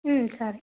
సరే